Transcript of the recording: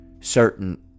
certain